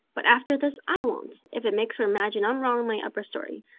but after this i won't, if it makes her imagine i'm wrong in my upper story.